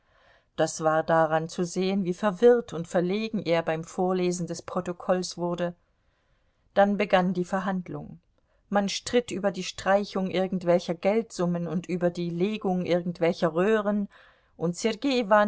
das war daran zu sehen wie verwirrt und verlegen er beim vorlesen des protokolls wurde dann begann die verhandlung man stritt über die streichung irgendwelcher geldsummen und über die legung irgendwelcher röhren und sergei